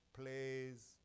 plays